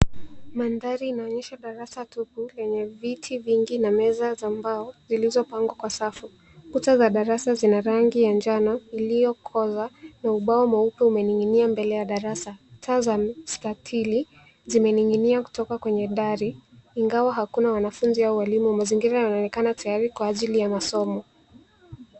Mandhari inaonyesha darasa tupu yenye viti vingi na meza za mbao zilizopangwa kwa safu, kuta za darasa zina rangi ya njano iliyokoza na ubao mweupe umening'inia ndani ya darasa. Taa za mstatili zimening'inia kutoka kwenye dari ingawa hakuna wanafunzi au walimu. Mazingira yanaonekanatayari kwa ajili ya masomo.